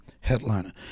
headliner